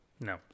No